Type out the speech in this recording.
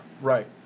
right